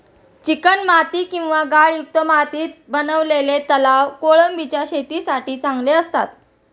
चिकणमाती किंवा गाळयुक्त मातीत बनवलेले तलाव कोळंबीच्या शेतीसाठी चांगले असतात